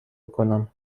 کنم